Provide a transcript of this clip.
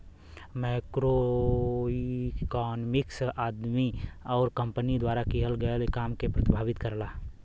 macroeconomics आदमी आउर company द्वारा किहल गयल काम के प्रभावित करला